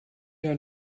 ein